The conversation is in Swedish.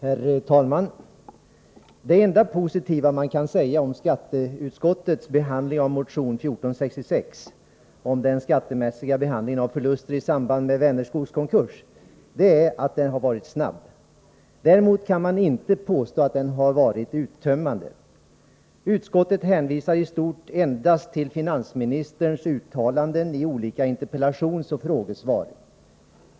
Herr talman! Det enda positiva man kan säga om skatteutskottets behandling av motion 1466 om den skattemässiga behandlingen av förluster i samband med Vänerskogs konkurs är att den har varit snabb. Däremot kan man inte påstå att den har varit uttömmande. Utskottet hänvisar i stort endast till finansministerns uttalanden i olika interpellationsoch frågedebatter.